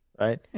right